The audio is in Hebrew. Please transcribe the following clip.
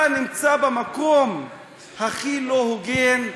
אתה נמצא במקום הכי לא הוגן,